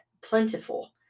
plentiful